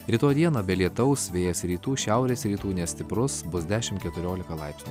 rytoj dieną be lietaus vėjas rytų šiaurės rytų nestiprus bus dešimt keturiolika laipsnių